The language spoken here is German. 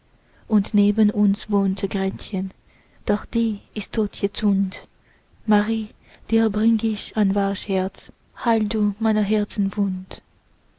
und neben uns wohnte gretchen doch die ist tot jetzund marie dir bring ich ein wachsherz heil du meine